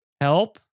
help